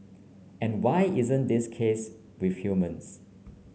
and why isn't this the case with humans